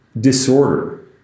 disorder